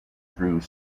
through